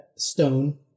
stone